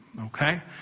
Okay